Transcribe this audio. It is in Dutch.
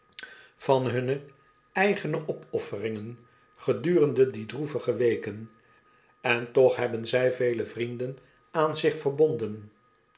van hunne eigene opofferingen gedurende die droevige weken en toch hebben zij vele vrienden aan zich verbonden